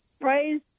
praise